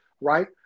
right